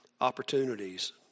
opportunities